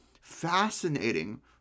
fascinating